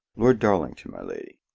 lord darlington, my lady.